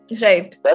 Right